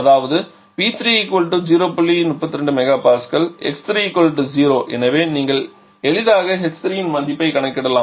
32 MPa x3 0 எனவே நீங்கள் எளிதாக h3 இன் மதிப்பைக் கணக்கிடலாம்